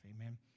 amen